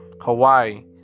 Hawaii